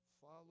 Follow